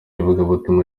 ivugabutumwa